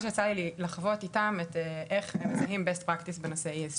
מה שיצא לי לחוות איתם את איך הם מציגים הפרקטיקה הכי טובה בנושא ה-ESG.